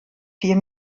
vier